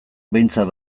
behintzat